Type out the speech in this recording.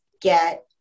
get